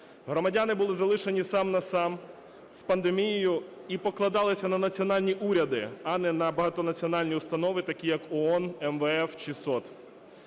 Громадяни були залишені сам-на-сам з пандемією і покладалися на національні уряди, а не на багатонаціональні установи, такі як ООН, МВФ чи СОТ.